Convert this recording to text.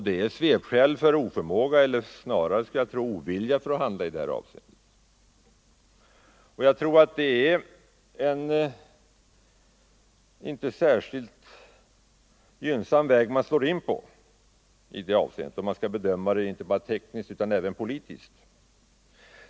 Det är svepskäl för oförmåga, eller jag tror snarare för ovilja mot att handla i detta avseende. Det är en inte särskilt lovande väg man slår in på, om man skall bedöma det hela inte bara tekniskt utan även politiskt.